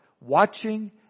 Watching